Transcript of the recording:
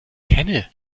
kenne